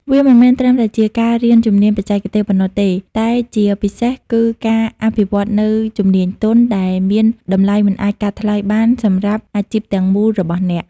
វាមិនមែនត្រឹមតែជាការរៀនជំនាញបច្ចេកទេសប៉ុណ្ណោះទេ តែជាពិសេសគឺការអភិវឌ្ឍនូវ ជំនាញទន់ ដែលមានតម្លៃមិនអាចកាត់ថ្លៃបានសម្រាប់អាជីពទាំងមូលរបស់អ្នក។